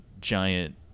giant